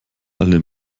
alle